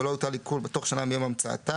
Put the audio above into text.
ולא הוטל עיקול בתוך שנה מיום המצאתה,